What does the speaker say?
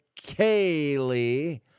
Kaylee